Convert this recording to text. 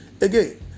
Again